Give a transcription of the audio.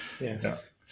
Yes